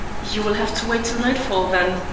you will have to wait till nightfall, then,